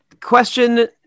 Question